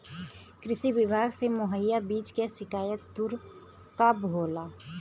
कृषि विभाग से मुहैया बीज के शिकायत दुर कब होला?